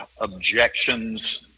objections